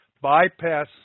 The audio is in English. bypass